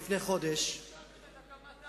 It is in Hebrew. לפני חודש, חבר הכנסת מולה,